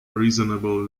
reasonable